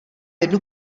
jednu